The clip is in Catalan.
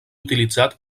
utilitzat